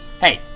Hey